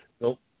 Nope